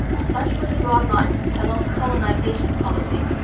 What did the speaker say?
such were the broad lines of talon's colonization policy.